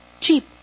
Cheap